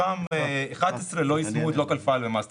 מתוכן 11 מהן לא הצטרפו ל-master file.